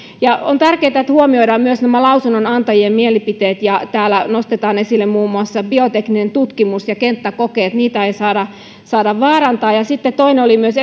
on tärkeätä että huomioidaan myös lausunnonantajien mielipiteet täällä nostetaan esille muun muassa biotekninen tutkimus ja kenttäkokeet niitä ei saa vaarantaa ja sitten toinen oli myös